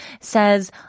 says